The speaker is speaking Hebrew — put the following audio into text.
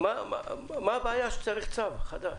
-- מה הבעיה שצריך צו חדש?